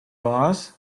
boss